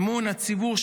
אמון הציבור,